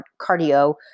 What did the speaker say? cardio